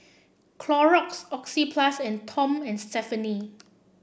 Clorox Oxyplus and Tom and Stephanie